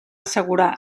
assegurar